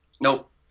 Nope